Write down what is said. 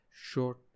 short